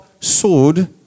sword